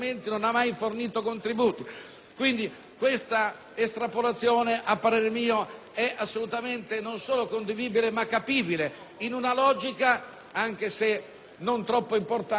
Questa estrapolazione, quindi, a parer mio è assolutamente non solo condivisibile ma comprensibile in una logica, anche se non troppo importante, di manovra anticiclica.